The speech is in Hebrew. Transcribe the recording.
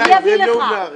אני אביא לך.